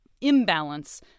imbalance